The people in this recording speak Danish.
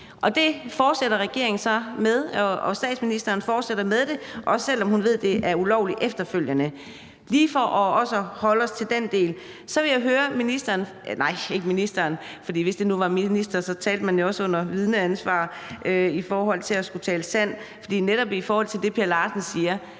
Og det fortsætter regeringen og statsministeren så med, også selv om hun efterfølgende ved, at det er ulovligt. Det er også lige for at holde os til den del. Så vil jeg høre ministeren om noget, nej, ikke ministeren, for hvis det nu var ministeren, talte man jo også under vidneansvar i forhold til at skulle tale sandt, altså netop i forhold til det, hr. Per Larsen siger.